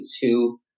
two